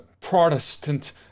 Protestant